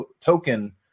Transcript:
token